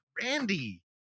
Randy